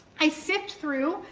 i sift through,